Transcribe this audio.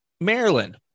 Maryland